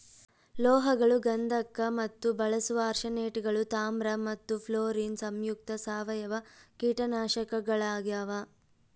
ಲೋಹಗಳು ಗಂಧಕ ಮತ್ತು ಬಳಸುವ ಆರ್ಸೆನೇಟ್ಗಳು ತಾಮ್ರ ಮತ್ತು ಫ್ಲೋರಿನ್ ಸಂಯುಕ್ತ ಸಾವಯವ ಕೀಟನಾಶಕಗಳಾಗ್ಯಾವ